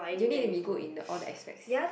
you need to be good in the all the aspects